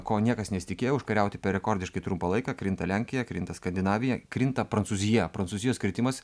ko niekas nesitikėjo užkariauti per rekordiškai trumpą laiką krinta lenkija krinta skandinavija krinta prancūzija prancūzijos kritimas